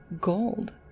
gold